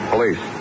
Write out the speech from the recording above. Police